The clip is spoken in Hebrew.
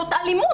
זאת אלימות.